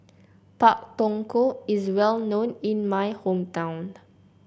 Pak Thong Ko is well known in my hometown